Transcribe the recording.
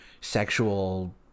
sexual